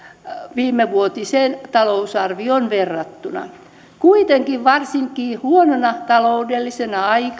viimevuotiseen talousarvioon verrattuna kuitenkin varsinkin huonona taloudellisena aikana ja